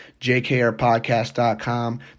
JKRPodcast.com